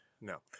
no